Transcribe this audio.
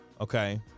Okay